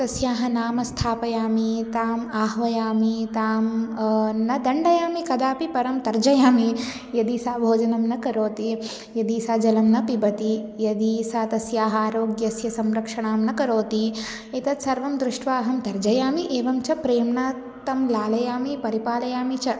तस्याः नाम स्थापयामि ताम् आह्वयामि तां न दण्डयामि कदापि परं तर्जयामि यदि सा भोजनं न करोति यदि सा जलं न पिबति यदि सा तस्याः आरोग्यस्य संरक्षणं न करोति एतत् सर्वं दृष्ट्वा अहं तर्जयामि एवं च प्रेम्णा तां लालयामि परिपालयामि च